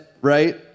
right